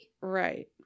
Right